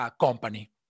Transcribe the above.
company